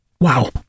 Wow